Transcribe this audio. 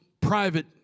private